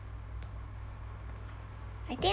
I think